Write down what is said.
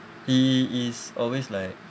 he is always like